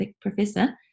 professor